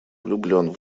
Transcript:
влюблен